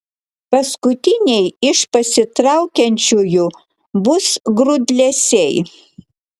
paskutiniai iš pasitraukiančiųjų bus grūdlesiai